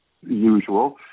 usual